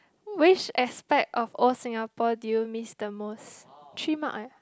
which aspect of old Singapore do you miss the most three mark eh